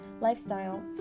lifestyle